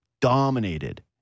Dominated